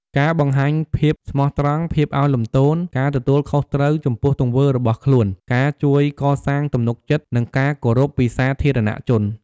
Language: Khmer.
ការបង្ហាញភាពស្មោះត្រង់ ភាពឧ៌នលំទោន ការទទួលខុសត្រូវចំពោះទង្វើរបស់ខ្លួន ការជួយកសាង ទំនុកចិត្ត និងការគោរព ពីសាធារណជន។